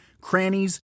crannies